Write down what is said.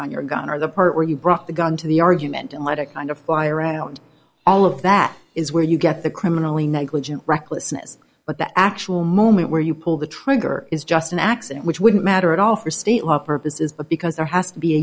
on your gun are the part where you brought the gun to the argument to kind of fly around all of that is where you get the criminally negligent recklessness but the actual moment where you pull the trigger is just an accident which wouldn't matter at all for state law purposes but because there has to be a